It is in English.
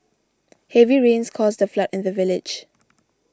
heavy rains caused a flood in the village